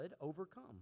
overcome